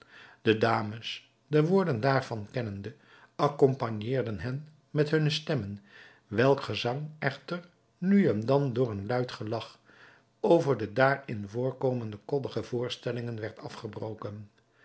de dames de woorden daarvan kennende accompagneerden hen met hunne stemmen welk gezang echter nu en dan door een luid gelach over de daarin voorkomende koddige voorstellingen werd afgebroken